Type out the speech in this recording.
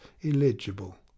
illegible